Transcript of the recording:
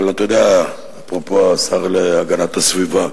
אבל אתה יודע, אפרופו השר להגנת הסביבה: